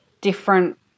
different